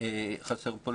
אבל חסר פה,